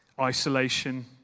isolation